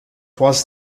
was